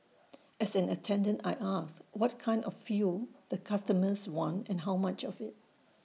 as an attendant I ask what kind of fuel the customers want and how much of IT